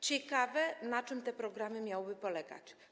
Ciekawe, na czym te programy miałyby polegać.